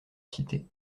cité